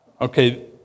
Okay